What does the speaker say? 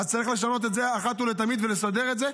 אז צריך לשנות את זה אחת ולתמיד ולסדר את זה,